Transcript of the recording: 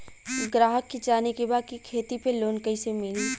ग्राहक के जाने के बा की खेती पे लोन कैसे मीली?